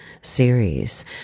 series